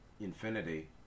infinity